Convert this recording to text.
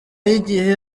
y’igihe